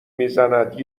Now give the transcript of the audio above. میزند